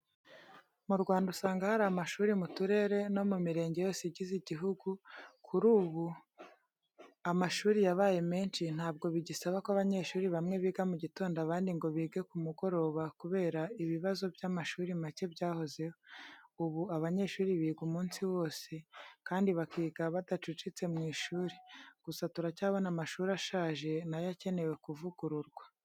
Mu Rwanda usanga hari amashuri mu turere no mu mirenge yose igize igihugu, kuri ubu amashuri yabaye menshi ntabwo bigisaba ko abanyeshuri bamwe biga mu gitondo abandi ngo bige ku mugoroba kubera ibibazo by'amashuri macye byahozeho. Ubu abanyeshuri biga umunsi wose kandi bakiga badacucitse mu ishuri. Gusa turacyabona amashuri ashaje na yo akenewe kuvugururwa.